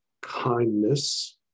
kindness